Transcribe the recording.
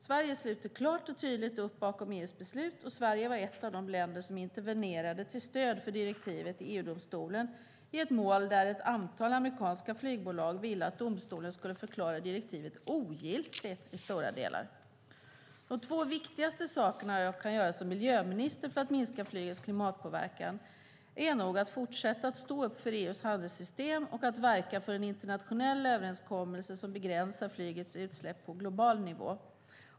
Sverige sluter klart och tydligt upp bakom EU:s beslut, och Sverige var ett av de länder som intervenerade till stöd för direktivet i EU-domstolen i ett mål där ett antal amerikanska flygbolag ville att domstolen skulle förklara direktivet ogiltigt i stora delar. De två viktigaste sakerna jag kan göra som miljöminister för att minska flygets klimatpåverkan är nog att fortsätta att stå upp för EU:s handelssystem och att verka för en internationell överenskommelse som begränsar flygets utsläpp på global nivå.